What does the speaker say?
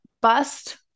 bust